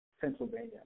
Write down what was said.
Pennsylvania